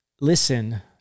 listen